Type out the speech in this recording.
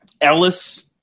Ellis